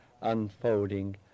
unfolding